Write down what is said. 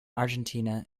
argentina